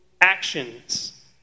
actions